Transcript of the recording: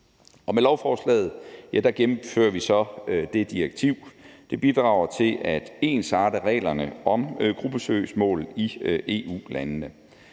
med lovforslaget gennemfører vi så det direktiv. Det bidrager til at ensarte reglerne om gruppesøgsmål i EU-landene.